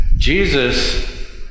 Jesus